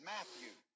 Matthew